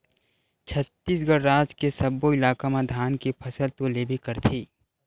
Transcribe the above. छत्तीसगढ़ राज के सब्बो इलाका म धान के फसल तो लेबे करथे